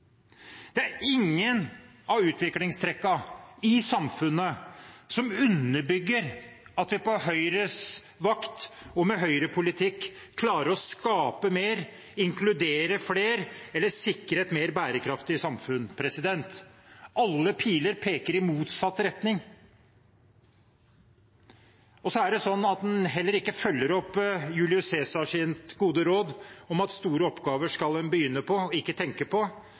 Det er ingen av utviklingstrekkene i samfunnet som underbygger at vi på Høyres vakt og med høyrepolitikk klarer å skape mer, inkludere flere eller sikre et mer bærekraftig samfunn. Alle piler peker i motsatt retning. En følger heller ikke opp Julius Cæsars gode råd om at store oppgaver skal en begynne på, ikke tenke på,